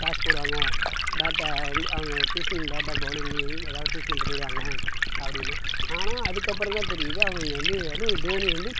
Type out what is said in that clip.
toss போடுவாங்க பேட்டை அவங்க சூஸிங் பேட் ஆர் பௌலிங் ஏதாவது சூஸ் பண்ணிட்டு போயிடுவாங்க அப்படீன்னு ஆனால் அதுக்கப்புறோம் தான் தெரியுது அவங்க வந்து அதுவும் தோனி வந்து